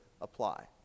apply